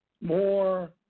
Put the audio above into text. more